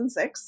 2006